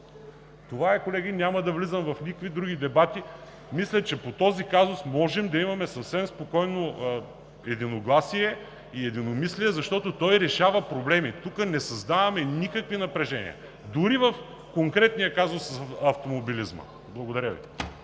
това е. Няма да навлизам в никакви други дебати. Мисля, че по този казус съвсем спокойно можем да имаме единогласие и единомислие, защото той решава проблеми. Тук не създаваме никакво напрежение, дори в конкретния казус с автомобилизма. Благодаря Ви.